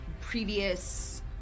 previous